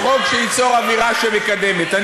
הוא חוק שייצור אווירה שמקדמת.